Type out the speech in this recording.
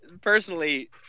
personally